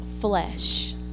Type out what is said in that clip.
flesh